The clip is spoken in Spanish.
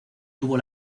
tuvo